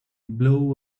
blow